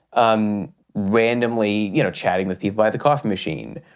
um randomly you know chatting with me by the coffee machine,